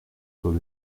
faut